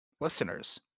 listeners